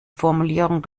formulierung